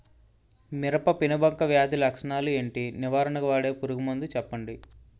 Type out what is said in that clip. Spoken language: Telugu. మిరప పెనుబంక వ్యాధి లక్షణాలు ఏంటి? నివారణకు వాడే పురుగు మందు చెప్పండీ?